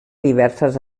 diverses